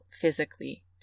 physically